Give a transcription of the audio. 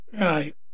Right